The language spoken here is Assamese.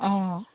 অঁ